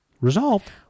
resolved